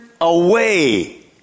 away